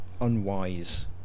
unwise